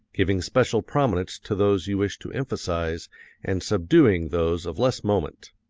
giving special prominence to those you wish to emphasize and subduing those of less moment.